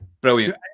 brilliant